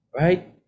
Right